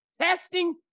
Testing